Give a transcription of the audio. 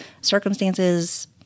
circumstances